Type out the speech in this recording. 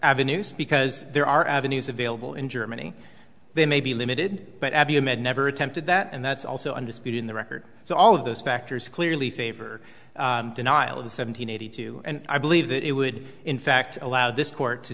avenues because there are avenues available in germany they may be limited but never attempted that and that's also undisputed in the record so all of those factors clearly favor denial of seven hundred eighty two and i believe that it would in fact allow this court to